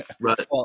right